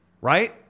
Right